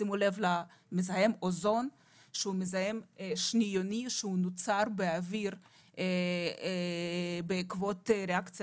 שימו לב למזהם אוזון שהוא מזהם שניוני שנוצר באוויר בעקבות ריאקציה